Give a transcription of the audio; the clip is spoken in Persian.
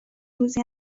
روزی